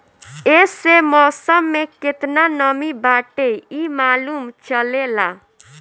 एसे मौसम में केतना नमी बाटे इ मालूम चलेला